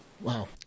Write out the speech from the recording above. Wow